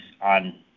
on